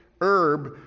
herb